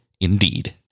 indeed